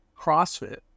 CrossFit